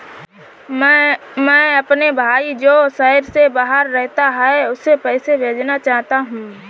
मैं अपने भाई जो शहर से बाहर रहता है, उसे पैसे भेजना चाहता हूँ